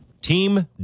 Team